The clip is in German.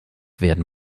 werden